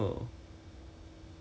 you mean on the internal posting ah